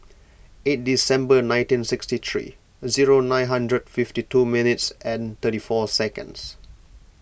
eight December nineteen sixty three zero nine hundred fifty two minute and thirty four secends